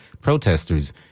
protesters